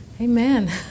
Amen